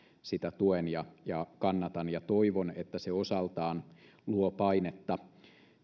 sitä tuen ja ja kannatan ja toivon että se osaltaan luo painetta